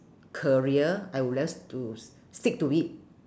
career I would love to stick to it